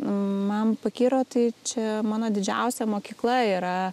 man pakiro tai čia mano didžiausia mokykla yra